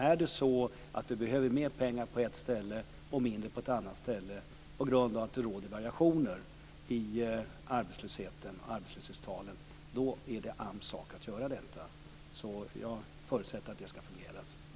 Om det behövs mer pengar på ett ställe och mindre på ett annat ställe på grund av variationer i arbetslöshetstalen blir det AMS sak att göra en omfördelning. Så jag förutsätter att detta ska fungera.